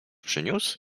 przyniósł